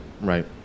right